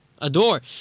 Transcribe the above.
adore